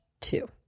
two